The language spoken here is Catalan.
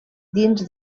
dins